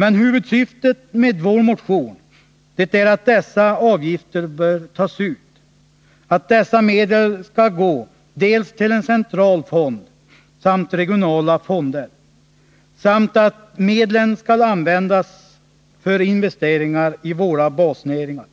Men huvudsyftet med vår motion är att dessa avgifter bör tas ut och att medlen skall gå dels till en central fond, dels till regionala fonder samt användas för investeringar i våra basnäringar